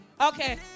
Okay